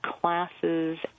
classes